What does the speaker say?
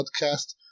podcast